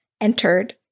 entered